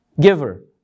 giver